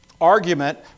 argument